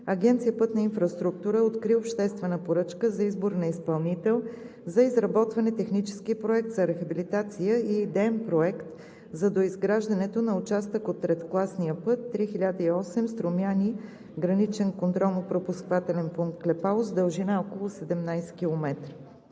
Агенция „Пътна инфраструктура“ откри обществена поръчка за избор на изпълнител за изработване технически проект за рехабилитация и идеен проект за доизграждането на участък от третокласния път III-1008 Струмяни – Граничен контролно-пропускателен пункт „Клепало“ с дължина около 17 км.